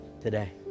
today